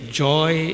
joy